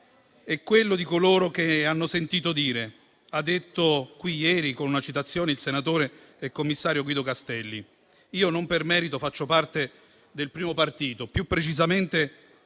e quello di coloro che hanno sentito dire, ha detto qui ieri, con una citazione, il senatore e commissario Guido Castelli. Io, non per merito, faccio parte del primo partito, più precisamente